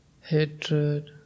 hatred